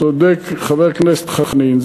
צודק חבר הכנסת חנין,